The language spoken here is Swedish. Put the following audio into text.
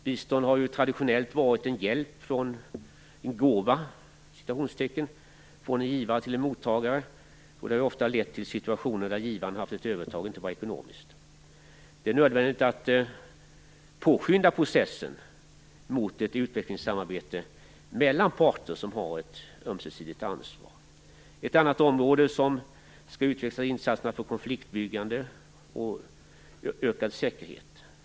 Bistånd har ju traditionellt varit en hjälp, "en gåva", från en givare till en mottagare, och det har ofta lett till att givaren har haft ett övertag, inte bara ekonomiskt. Det är nödvändigt att påskynda processen mot ett utvecklingssamarbete mellan parter som har ett ömsesidigt ansvar. Ett annat område som skall utvecklas är insatserna för konfliktförebyggande och ökad säkerhet.